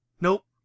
Nope